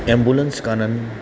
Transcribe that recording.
ambulance कोन आहिनि